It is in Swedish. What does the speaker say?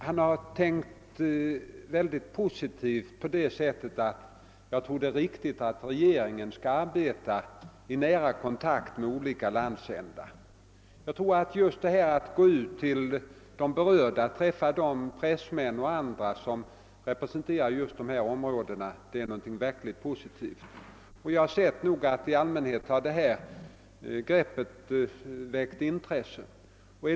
Hans tanke att regeringen skall arbeta i nära kontakt med olika landsändar inebär enligt min mening något mycket positivt. Regeringen får då tillfälle att träffa pressmän och andra representanter för de berörda områdena. Detta grepp har också i allmänhet väckt intresse.